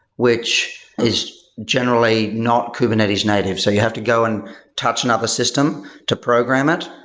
which is generally not kubernetes native. so you have to go and touch another system to program it.